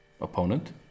opponent